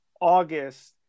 August